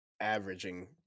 averaging